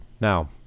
Now